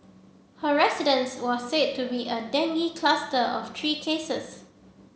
her residence was said to be a dengue cluster of three cases